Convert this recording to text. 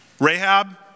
Rahab